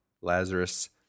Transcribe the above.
Lazarus